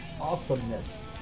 awesomeness